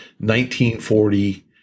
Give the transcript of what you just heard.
1940